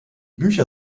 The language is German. bücher